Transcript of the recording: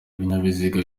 ibinyabiziga